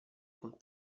con